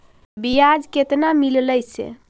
बियाज केतना मिललय से?